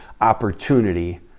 opportunity